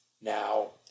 Now